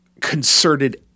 concerted